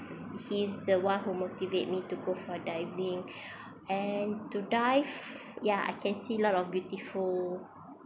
he's the one who motivate me to go for diving and to dive ya I can see lot of beautiful